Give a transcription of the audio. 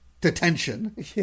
detention